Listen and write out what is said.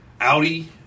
Audi